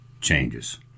changes